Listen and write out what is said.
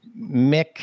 Mick